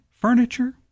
furniture